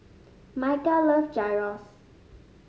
Micah love Gyros